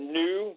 new